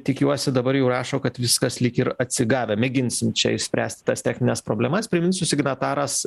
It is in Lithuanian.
tikiuosi dabar jau rašo kad viskas lyg ir atsigavę mėginsim čia išspręsti tas technines problemas priminsiu signataras